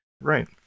right